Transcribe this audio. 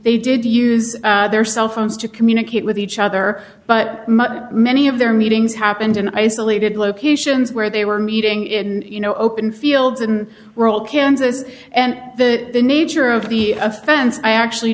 they did to use their cell phones to communicate with each other but many of their meetings happened in isolated locations where they were meeting in you know open fields and were all kansas and the nature of the offense i actually